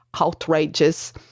Outrageous